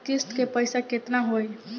किस्त के पईसा केतना होई?